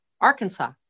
Arkansas